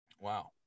Wow